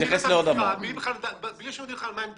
תוקפים את המשרד, בלי לדעת בכלל מה הם מדברים.